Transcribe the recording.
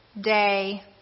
day